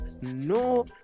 no